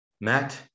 Matt